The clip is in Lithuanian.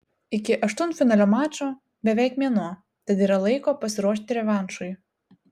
iki aštuntfinalio mačo beveik mėnuo tad yra laiko pasiruošti revanšui